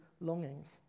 longings